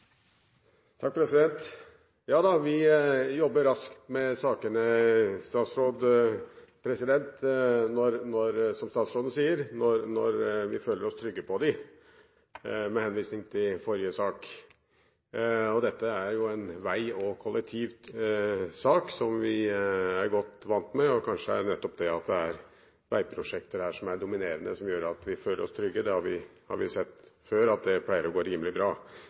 Ja da, vi jobber raskt med sakene, som statsråden sier – når vi føler oss trygge på dem, med henvisning til forrige sak. Dette er jo en vei- og kollektivsak, som vi er godt vant med, og kanskje er det nettopp det at det er veiprosjekter som her er dominerende, som gjør at vi føler oss trygge. Det har vi sett før at pleier å gå rimelig bra.